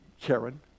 Karen